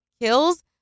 kills